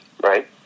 right